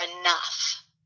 enough